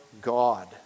God